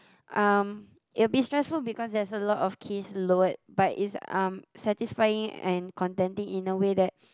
um it will be stressful because there's a lot of case lowered but it's um satisfying and contenting in a way that